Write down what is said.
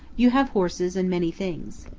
you have horses and many things.